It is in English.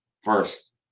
first